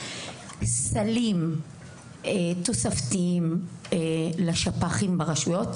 סלים תוספתיים לשפ"כים ברשויות,